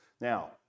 Now